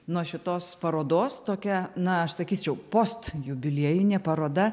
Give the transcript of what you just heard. nuo šitos parodos tokia na aš sakyčiau post jubiliejinė paroda